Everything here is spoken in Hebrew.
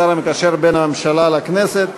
השר המקשר בין הממשלה לכנסת,